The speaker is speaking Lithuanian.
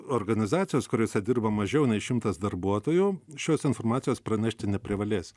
organizacijos kuriose dirba mažiau nei šimtas darbuotojų šios informacijos pranešti neprivalės